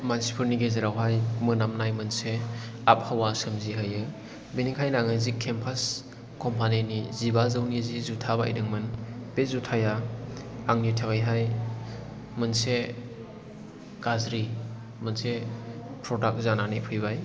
मानसिफोरनि गेजेरावहाय मोनामनाय मोनसे आबहावा सोमजिहोयो बेनिखायनो आङो जि केम्पास कम्पानि नि जिबाजौनि जि जुथा बायदोंमोन बे जुथाया आंनि थाखायहाय मोनसे गाज्रि मोनसे प्रदाक्ट जानानै फैबाय